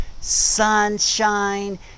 sunshine